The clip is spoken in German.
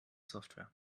software